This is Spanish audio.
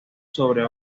sobre